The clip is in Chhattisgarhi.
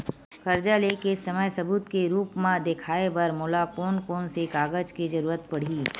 कर्जा ले के समय सबूत के रूप मा देखाय बर मोला कोन कोन से कागज के जरुरत पड़ही?